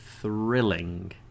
thrilling